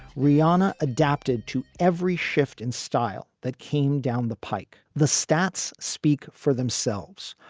riana adapted to every shift in style that came down the pike the stats speak for themselves.